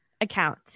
account